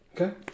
Okay